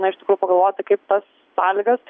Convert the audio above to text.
na ištikrųjų pagalvoti kaip tas sąlygas